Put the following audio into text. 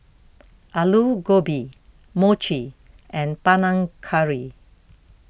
Alu Gobi Mochi and Panang Curry